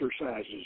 exercises